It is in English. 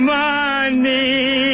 money